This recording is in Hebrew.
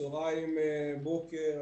צהרים, בוקר.